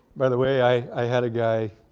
by the way, i had a guy,